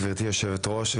גברתי היושבת-ראש,